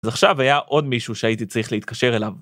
אז עכשיו היה עוד מישהו שהייתי צריך להתקשר אליו.